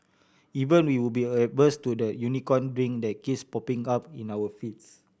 even we would be averse to that Unicorn Drink that keeps popping up in our feeds